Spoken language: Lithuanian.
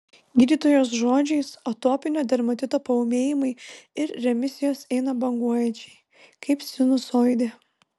gydytojos žodžiais atopinio dermatito paūmėjimai ir remisijos eina banguojančiai kaip sinusoidė